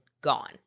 gone